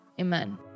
amen